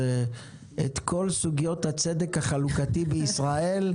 זה את כל סוגיות הצדק החלוקתי בישראל,